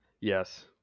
Yes